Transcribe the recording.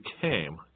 came